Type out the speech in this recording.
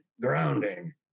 grounding